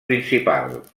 principal